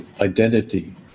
identity